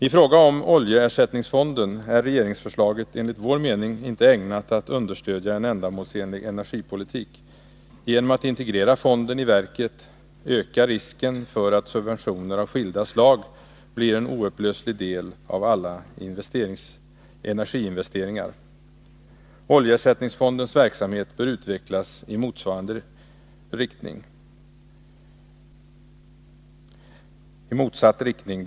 I fråga om oljeersättningsfonden är regeringsförslaget enligt vår mening inte ägnat att understödja en ändamålsenlig energipolitik. Genom att integrera fonden i verket ökar risken för att subventioner av skilda slag blir en oupplöslig del av alla energiinvesteringar. Oljeersättningsfondens verksamhet bör utvecklas i motsatt riktning.